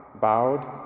bowed